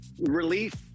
Relief